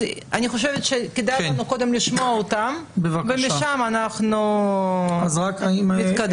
כדאי שנשמע אותם ומשם נתקדם.